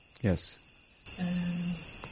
Yes